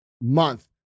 month